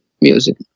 music